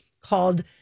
called